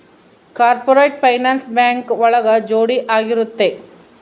corporate finance bank ಒಳಗ ಜೋಡಿ ಆಗಿರುತ್ತೆ